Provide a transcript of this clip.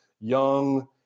young